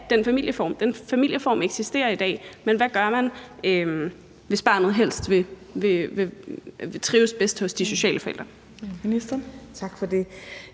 den familieform eksisterer i dag, men hvad gør man, hvis barnet trives bedst hos de sociale forældre?